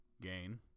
gain